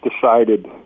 decided